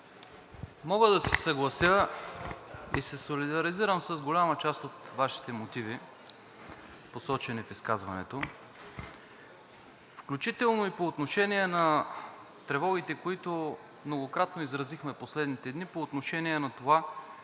Мога да се съглася и се солидаризирам с голяма част от Вашите мотиви, посочени в изказването, включително и по отношение на тревогите, които многократно изразихме последните дни по отношение на това